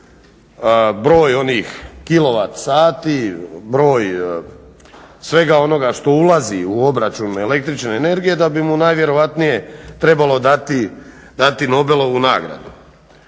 broj onih kilovat sati, broj svega onoga što ulazi u obračun električne energije da bi mu najvjerojatnije trebalo dati Nobelovu nagradu.